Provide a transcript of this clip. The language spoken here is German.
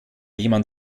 jemand